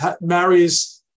marries